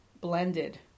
blended